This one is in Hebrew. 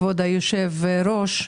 כבוד היושב-ראש,